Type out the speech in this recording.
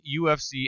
UFC